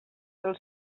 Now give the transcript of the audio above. del